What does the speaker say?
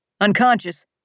Unconscious